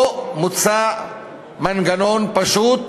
פה מוצע מנגנון פשוט,